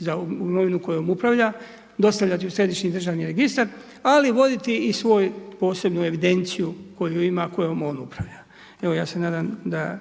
za imovinu kojom upravlja, dostavljati ju u Središnji državni registar, ali voditi i svoj posebnu evidenciju koju ima, kojom on upravlja. Evo, ja se nadam da